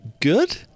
Good